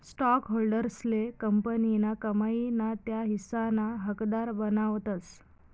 स्टॉकहोल्डर्सले कंपनीना कमाई ना त्या हिस्साना हकदार बनावतस